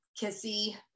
kissy